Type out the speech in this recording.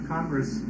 Congress